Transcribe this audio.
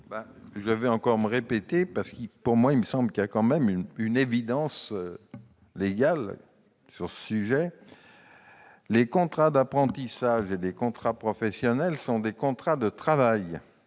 Je vais encore me répéter, parce qu'il existe, selon moi, une évidence légale sur le sujet : les contrats d'apprentissage et les contrats professionnels sont des contrats de travail.